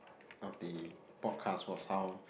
of the podcast was how